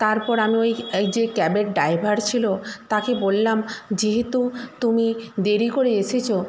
তারপর আমি ওই যে ক্যাবের ড্রাইভার ছিল তাকে বললাম যেহেতু তুমি দেরি করে এসেছো